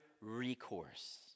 recourse